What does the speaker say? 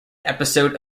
episode